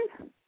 okay